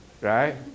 right